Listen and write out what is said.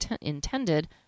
intended